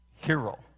hero